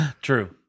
True